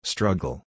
Struggle